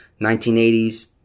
1980s